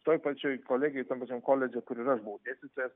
toj pačioj kolegijoj tam pačiam koledže kur ir aš buvau dėstytojas